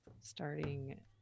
starting